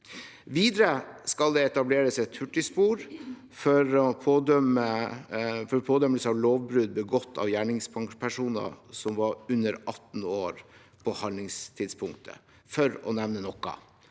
Videre skal det etableres et hurtigspor for pådømmelse av lovbrudd begått av gjerningspersoner som var under 18 år på handlingstidspunktet,